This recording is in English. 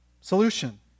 solution